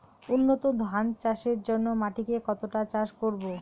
উন্নত ধান চাষের জন্য মাটিকে কতটা চাষ করব?